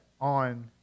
on